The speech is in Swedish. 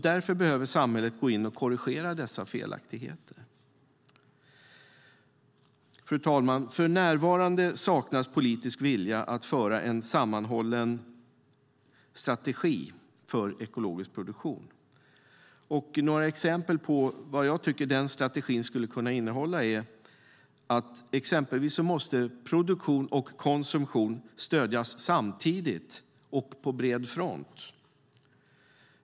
Därför behöver samhället gå in och korrigera dessa felaktigheter. För närvarande saknas politisk vilja att föra en sammanhållen strategi för ekologisk produktion. Några exempel på vad jag tycker att den strategin skulle kunna innehålla är följande: Exempelvis måste produktion och konsumtion stödjas samtidigt och på bred front.